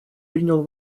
принял